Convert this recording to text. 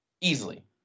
Easily